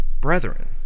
brethren